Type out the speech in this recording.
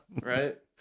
Right